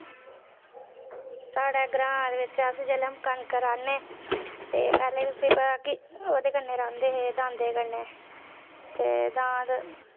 साढ़ै ग्रां दे बिच अस जेल्लै हुन कनक राह्ने ते पैह्लें तुसें ई पता कि ओह्दे कन्नै रांह्दे हे दांदें कन्नै ते दांद